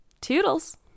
toodles